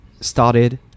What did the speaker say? started